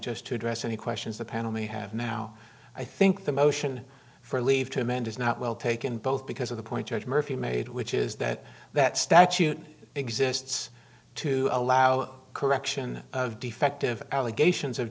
just to address any questions the panel may have now i think the motion for leave to amend is not well taken both because of the point charge murphy made which is that that statute exists to allow correction of defective allegations of